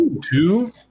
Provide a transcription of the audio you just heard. two